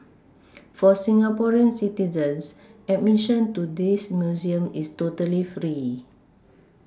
for Singaporean citizens admission to this Museum is totally free